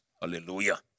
Hallelujah